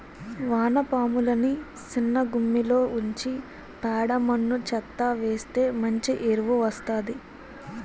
వానపాములని సిన్నగుమ్మిలో ఉంచి పేడ మన్ను చెత్తా వేస్తె మంచి ఎరువు వస్తాది